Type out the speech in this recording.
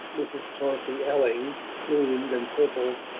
mrs. chauncey elling, plumed and purple,